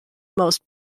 most